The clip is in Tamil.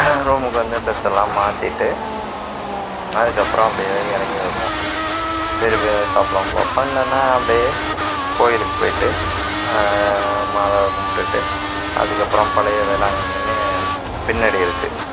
ரூம்க்கு வந்து ட்ரெஸ் எல்லாம் மாற்றிட்டு அதுக்கு அப்புறம் அப்படியே இறங்கி வருவோம் திருப்பி ஏதாவது சாப்பிட்லாம்னு பாப்பேன் இல்லைன்னா அப்படியே கோயிலுக்கு போய்ட்டு மாதாவை கும்பிடுட்டு அதுக்கு அப்புறம் பழைய வேளாங்கண்ணினு பின்னாடி இருக்குது